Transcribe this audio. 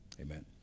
Amen